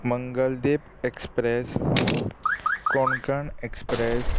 Mangaldeep express Konkan express